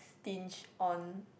stinge on